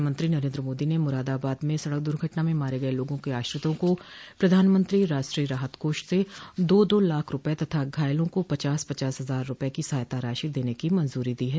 प्रधानमंत्री नरेन्द्र मोदी ने मुरादाबाद में सड़क दुर्घटना में मारे गये लोगों के आश्रितों को प्रधानमंत्री राष्ट्रीय राहत कोष से दो दो लाख रूपये तथा घायलों को पचास पचास हजार रूपये की सहायता राशि देने की मंजूरी दी है